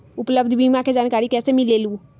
उपलब्ध बीमा के जानकारी कैसे मिलेलु?